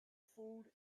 food